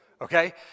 Okay